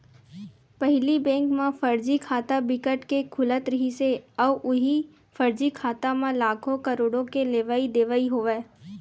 पहिली बेंक म फरजी खाता बिकट के खुलत रिहिस हे अउ उहीं फरजी खाता म लाखो, करोड़ो के लेवई देवई होवय